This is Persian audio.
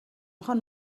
خانوم